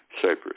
Cyprus